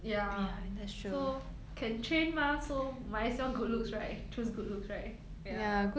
ya so can train mah so might as well good looks right choose good looks right ya